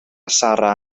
sara